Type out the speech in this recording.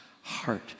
heart